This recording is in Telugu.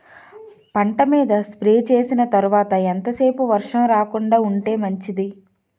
పంట మీద స్ప్రే చేసిన తర్వాత ఎంత సేపు వర్షం రాకుండ ఉంటే మంచిది?